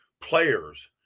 players